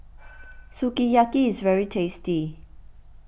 Sukiyaki is very tasty